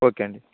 okay అండి